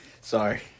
Sorry